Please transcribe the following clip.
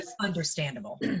understandable